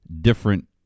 different